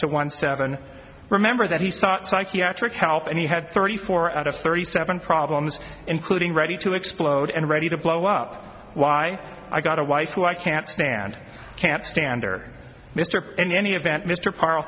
to one steffan remember that he sought psychiatric help and he had thirty four out of thirty seven problems including ready to explode and ready to blow up why i got a wife who i can't stand can't stand or mr in any event mr parnell